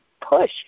push